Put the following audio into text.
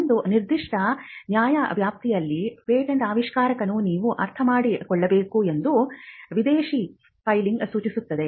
ಒಂದು ನಿರ್ದಿಷ್ಟ ನ್ಯಾಯವ್ಯಾಪ್ತಿಯಲ್ಲಿ ಪೇಟೆಂಟ್ ಆವಿಷ್ಕಾರವನ್ನು ನೀವು ಅರ್ಥಮಾಡಿಕೊಳ್ಳಬೇಕು ಎಂದು ವಿದೇಶಿ ಫೈಲಿಂಗ್ ಸೂಚಿಸುತ್ತದೆ